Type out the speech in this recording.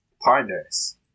partners